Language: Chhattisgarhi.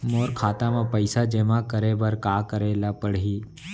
मोर खाता म पइसा जेमा करे बर का करे ल पड़ही?